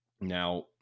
Now